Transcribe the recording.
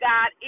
God